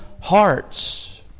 hearts